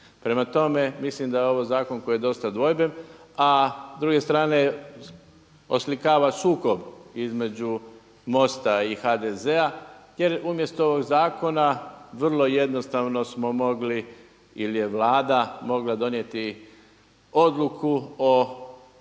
Prema tome, mislim da je ovo zakon koji je dosta dvojben, a s druge strane oslikava sukob između MOST-a i HDZ-a jer umjesto ovog zakona vrlo jednostavno smo mogli ili je Vlada mogla donijeti odluku o